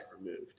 removed